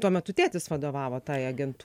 tuo metu tėtis vadovavo tai agent